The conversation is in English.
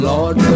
Lord